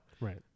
right